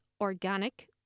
organic